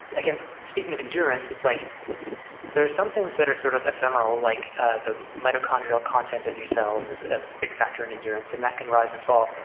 again, speaking of endurance, it's like there are some things that are sort of ephemeral, like the mitochondrial content of yourselves is a big factor in endurance and that can rise and fall.